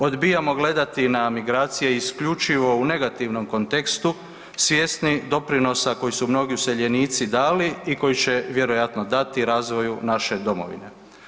Odbijamo gledati na migracije isključivo u negativnom kontekstu svjesni doprinosa kojeg su mnogi useljenici dali i koji će vjerojatno dati razvoju naše domovine.